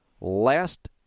last